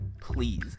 Please